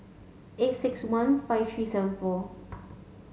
eight six one five three seven four